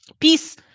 Peace